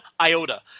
iota